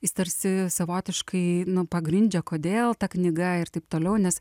jis tarsi savotiškai nu pagrindžia kodėl ta knyga ir taip toliau nes